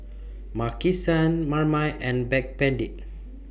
Maki San Marmite and Backpedic